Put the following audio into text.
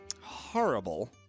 horrible